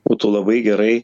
būtų labai gerai